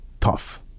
Tough